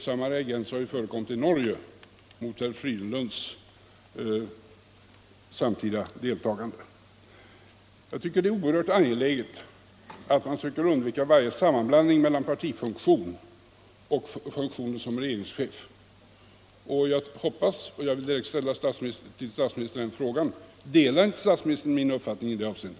Samma reagens har förekommit i Norge mot herr Frydenlunds samtidiga deltagande. Jag tycker att det är oerhört angeläget att man söker undvika varje sammanblandning mellan partifunktion och funktionen som regeringschef. Jag vill till statsministern ställa frågan: Delar statsministern min uppfattning i det avseendet?